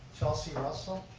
chelsea ah russell.